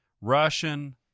Russian